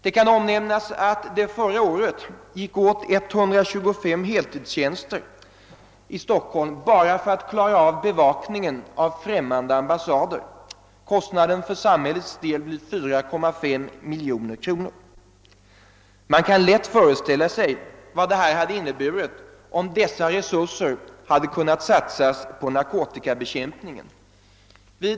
Det kan omnämnas ait det förra året gick åt 125 heltidstjänster i Stockholm bara för att klara av bevakningen av främmande ambassader. Kostnaden för sambhället blev 4,5 miljoner kronor. Man kan lätt föreställa sig vad det hade inneburit om dessa resurser hade kunnat satsas på narkotikabekämpningen.